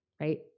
right